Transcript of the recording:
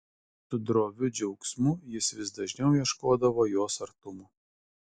su droviu džiaugsmu jis vis dažniau ieškodavo jos artumo